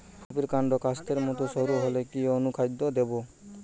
ফুলকপির কান্ড কাস্তের মত সরু হলে কি অনুখাদ্য দেবো?